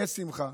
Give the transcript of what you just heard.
תהיה שמחה.